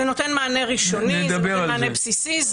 זה נותן מענה ראשוני, זה נותן מענה בסיסי.